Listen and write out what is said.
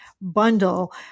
bundle